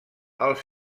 els